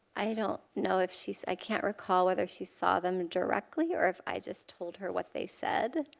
i don't know if she, i can't recall whether she saw them directly or if i just told her what they said.